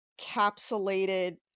capsulated